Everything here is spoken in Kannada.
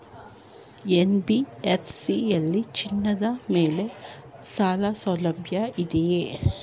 ಎನ್.ಬಿ.ಎಫ್.ಸಿ ಯಲ್ಲಿ ಚಿನ್ನದ ಮೇಲೆ ಸಾಲಸೌಲಭ್ಯ ಇದೆಯಾ?